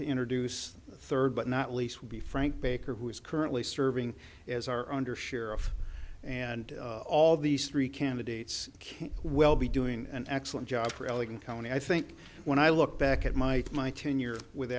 to introduce a third but not least would be frank baker who is currently serving as our under sheriff and all these three candidates can well be doing an excellent job for allegan county i think when i look back at my my tenure with